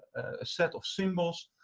a set of symbols.